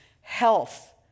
health